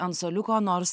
ant suoliuko nors